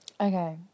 Okay